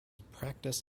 practiced